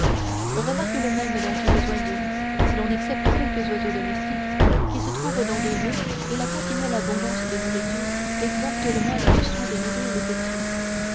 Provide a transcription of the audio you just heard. on remarque le même dans tous les oiseaux si l'on excepte quelques oiseaux domestiques qui se trouvent dans des lieux où la continuelle abondance de nourriture exempte le mâle du soin de nourrir les petits